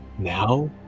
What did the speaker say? Now